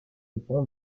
pont